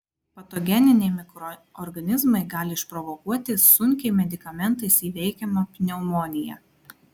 patogeniniai mikroorganizmai gali išprovokuoti sunkiai medikamentais įveikiamą pneumoniją